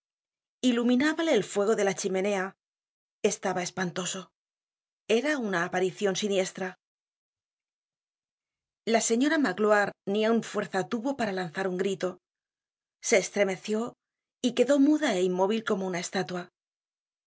iluminábale el fuego de la chimenea estaba espantoso era una aparicion siniestra la señora magloire ni aun fuerza tuvo para lanzar un grito se estremeció y quedó muda é inmóvil como una estatua